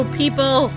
people